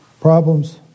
problems